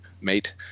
mate